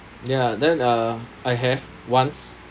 ya that uh I have once